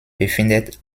befindet